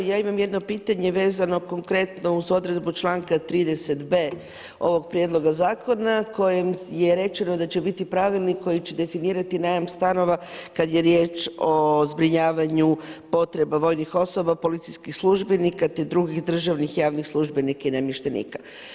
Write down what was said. Ja imam jedno pitanje vezano konkretno uz odredbu članka 30.b ovog prijedloga zakona kojim je rečeno da će biti pravilnik koji će definirati najam stanova kada je riječ o zbrinjavanju potreba vojnih osoba, policijskih službenika te drugih državnih i javnih službenika i namještenika.